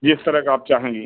जिस तरह का आप चाहेंगी